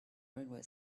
railway